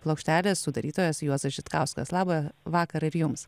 plokštelės sudarytojas juozas žitkauskas labą vakarą ir jums